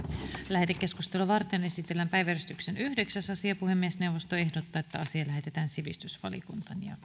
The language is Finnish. lähetekeskustelua varten esitellään päiväjärjestyksen yhdeksäs asia puhemiesneuvosto ehdottaa että asia lähetetään sivistysvaliokuntaan